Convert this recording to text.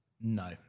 No